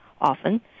often